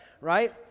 right